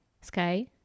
sky